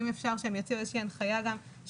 אם אפשר שהם יוציאו איזושהי הנחיה שיהיה